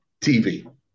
TV